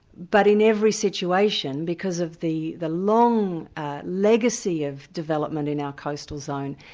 but in every situation, because of the the long legacy of development in our coastal zone,